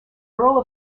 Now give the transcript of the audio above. earl